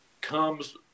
comes